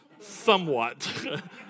somewhat